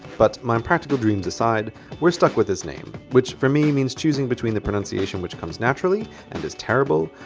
but my impractical dreams aside we're stuck with this name, which for me means choosing between the pronunciation which comes naturally and is terrible,